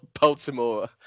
Baltimore